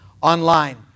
online